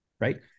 right